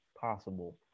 possible